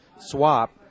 swap